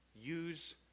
use